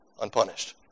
unpunished